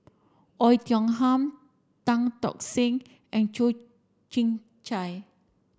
Oei Tiong Ham Tan Tock Seng and Toh Chin Chye